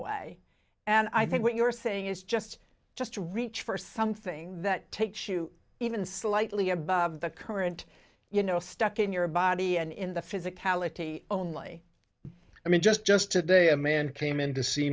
way and i think what you're saying is just just to reach for something that takes you even slightly above the current you know stuck in your body and in the physicality only i mean just just today a man came in to see